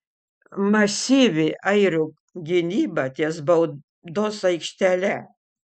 masyvi airių gynyba ties baudos aikštele